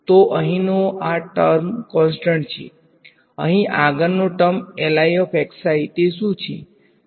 તો અહીંનો આ ટર્મ કોંસ્ટંટ છે અહીં આગળનો ટર્મ તે શું છે